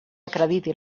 acrediti